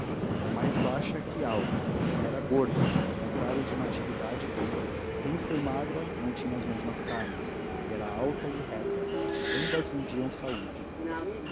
era mais baixa que alta e era gorda ao contrário de natividade que sem ser magra não tinha as mesmas carnes e era alta e reta ambas vendiam saúde